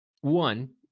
one